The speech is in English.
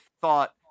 thought